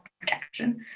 protection